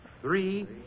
three